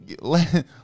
let